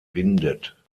windet